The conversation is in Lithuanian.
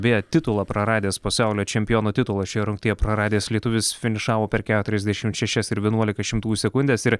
beje titulą praradęs pasaulio čempiono titulą šioje rungtyje praradęs lietuvis finišavo per keturiasdešim šešias ir vienuolika šimtųjų sekundės ir